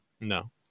No